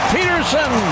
Peterson